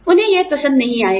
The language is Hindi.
उन्हें यह पसंद नहीं आएगा